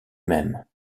même